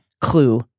clue